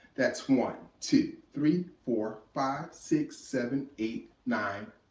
that's one, two, three, four, five, six, seven, eight, nine,